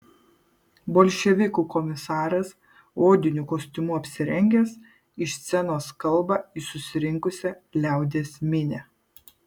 bolševikų komisaras odiniu kostiumu apsirengęs iš scenos kalba į susirinkusią liaudies minią